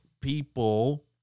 people